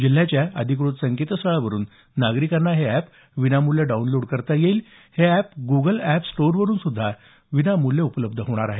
जिल्ह्याच्या अधिकृत संकेतस्थळावरून नागरिकांना हे अॅप विनामूल्य डाऊनलोड करता येईल तसंच लवकरच हे अॅप गूगल अॅप स्टोअरवरून सुद्धा विनामूल्य उपलब्ध होणार आहे